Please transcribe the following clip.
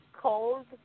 cold